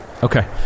Okay